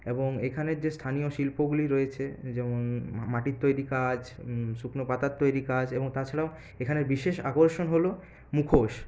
এবং এখানের যে স্থানীয় শিল্পগুলি রয়েছে যেমন মাটির তৈরি কাজ শুকনো পাতার তৈরি কাজ এবং তাছাড়াও এখানের বিশেষ আকর্ষণ হলো মুখোশ